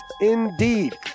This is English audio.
indeed